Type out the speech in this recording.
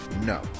No